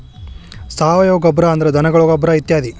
ಸಾವಯುವ ಗೊಬ್ಬರಾ ಅಂದ್ರ ಧನಗಳ ಗೊಬ್ಬರಾ ಇತ್ಯಾದಿ